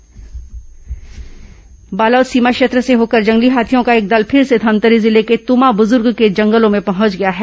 हाथी आतंक बालोद सीमा क्षेत्र से होकर जंगली हाथियों का एक दल फिर से धमतरी जिले के तुमाबुजुर्ग के जंगलों में पहुंच गया है